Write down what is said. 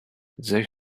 they